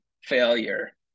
failure